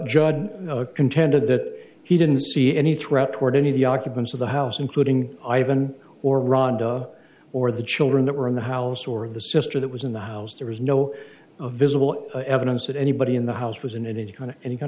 judge contended that he didn't see any threat toward any of the occupants of the house including ivan or rhonda or the children that were in the house or the sister that was in the house there was no visible evidence that anybody in the house was in an adjoining any kind of dan